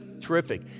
terrific